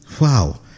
Wow